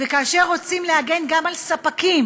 וכאשר רוצים להגן גם על ספקים,